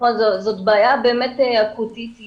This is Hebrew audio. זו בעיה באמת מאוד אקוטית.